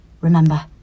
remember